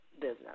business